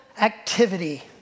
activity